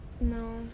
no